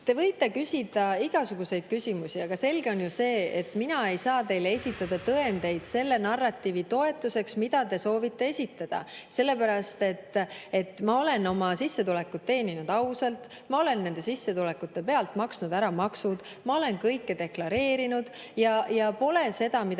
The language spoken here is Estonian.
Te võite küsida igasuguseid küsimusi, aga selge on see, et mina ei saa teile esitada tõendeid selle narratiivi toetuseks, mida te soovite esitada. Ma olen oma sissetulekud teeninud ausalt, ma olen nende sissetulekute pealt ära maksnud maksud, ma olen kõike deklareerinud ja pole seda, mida